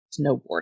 snowboarding